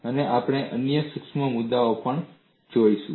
અને આપણે અન્ય સૂક્ષ્મ મુદ્દાઓ પણ જોઈશું